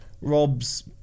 Rob's